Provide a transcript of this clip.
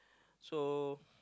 so